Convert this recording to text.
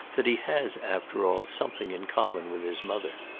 that he has, after all, something in common with his mother.